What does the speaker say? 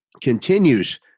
continues